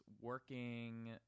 working